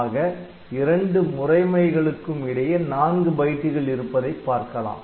ஆக இரண்டு முறைமைகளுக்கும் இடையே நான்கு பைட்டுகள் இருப்பதைப் பார்க்கலாம்